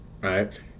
right